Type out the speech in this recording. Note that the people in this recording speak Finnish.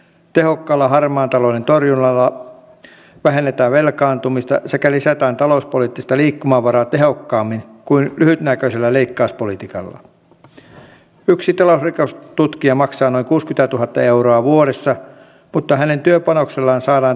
nyt kun nämä viime kuukaudet ovat olleet vaikeita kädestä suuhun menetelmällä toteutettavia näiden turvapaikanhakijoiden osalta niin meidän pitää nyt arvioida mitkä kotouttamisen osalta ovat ne parhaat keinot